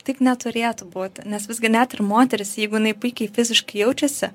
taip neturėtų būti nes visgi net ir moteris jeigu jinai puikiai fiziškai jaučiasi